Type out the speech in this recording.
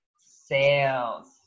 Sales